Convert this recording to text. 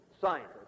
scientists